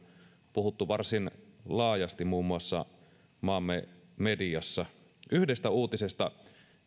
puhuttu varsin laajasti muun muassa maamme mediassa yhdestä uutisesta